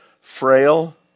frail